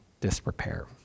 disrepair